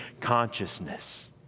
consciousness